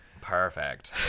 Perfect